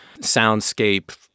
soundscape